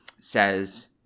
says